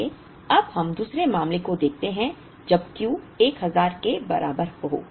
इसलिए अब हम दूसरे मामले को देखते हैं जब Q 1000 के बराबर हो